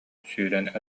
сүүрэн